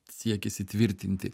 siekia įsitvirtinti